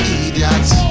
idiots